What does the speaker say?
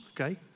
Okay